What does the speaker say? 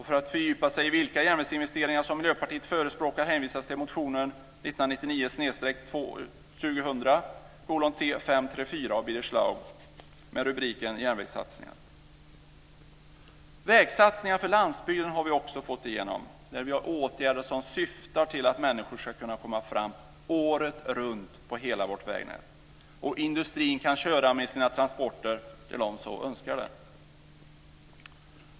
För att fördjupa sig i vilka järnvägsinvesteringar som Miljöpartiet förespråkar hänvisas till motionen 1999/2000:T534 av Birger Schlaug m.fl. med rubriken Järnvägssatsningar. Vägsatsningar för landsbygden har vi också fått igenom där vi har åtgärder som syftar till att människor ska kunna komma fram året runt på hela vårt vägnät och att industrin ska kunna köra med sina transporter där man så önskar.